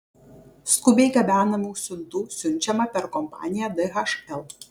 skubiai gabenamų siuntų siunčiama per kompaniją dhl